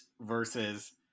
versus